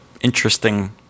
Interesting